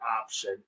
option